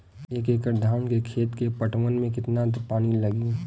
एक एकड़ धान के खेत के पटवन मे कितना पानी लागि?